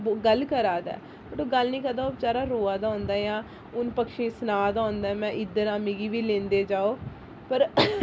गल्ल करा दा ऐ पर ओह् गल्ल नी करा ओह् रोआ होंदा ऐ जां उटनें पक्षियें गी सना दा होंदा ऐ मैं इद्धर आं मिगी बी लैंदे जाओ पर